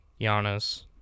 Giannis